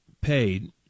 paid